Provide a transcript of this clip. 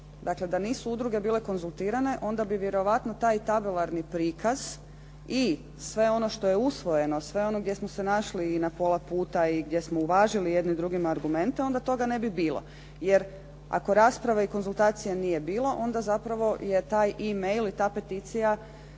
Dakle, da nisu udruge bile konzultirane onda bi vjerojatno taj tabelarni prikaz i sve ono što je usvojeno, sve ono gdje smo se našli na pola puta i gdje smo uvažili jedni drugima argumente onda toga ne bi bilo. Jer, ako rasprave i konzultacija nije bilo onda zapravo je taj e-mail i ta peticija